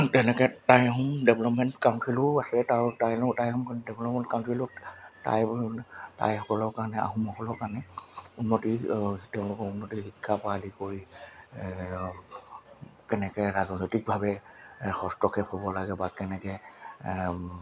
তেনেকৈ টাইসমূহ ডেভেলপমেণ্ট কাউন্সিলো আছে টাই টাই ডেভেলপমেণ্ট কাউন্সিলত টাইসমূহ টাইসকলৰ কাৰণে আহোমসকলৰ কাৰণে উন্নতি তেওঁলোকৰ উন্নতি শিক্ষাৰপৰা আদি কৰি কেনেকৈ ৰাজনৈতিকভাৱে হস্তক্ষেপ হ'ব লাগে বা কেনেকৈ